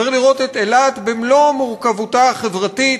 צריך לראות את אילת במלוא מורכבותה החברתית,